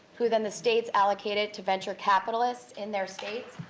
who then the states allocated to venture capitalists in their states,